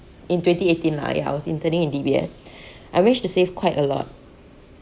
in twenty eighteen ah ya I was interning in D_B_S I managed to save quite a lot